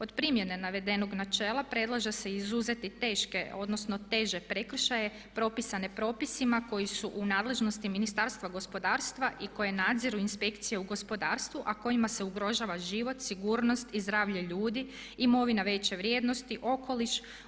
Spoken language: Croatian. Od primjene navedenog načela predlaže se izuzeti teške, odnosno teže prekršaje propisane propisima koji su u nadležnosti Ministarstva gospodarstva i koje nadziru inspekcije u gospodarstvu, a kojima se ugrožava život, sigurnost i zdravlje ljudi, imovina veće vrijednosti, okoliš.